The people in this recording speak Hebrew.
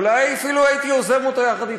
אולי אפילו הייתי יוזם אותו יחד אתך,